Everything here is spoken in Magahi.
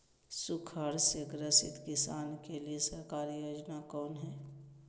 सुखाड़ से ग्रसित किसान के लिए सरकारी योजना कौन हय?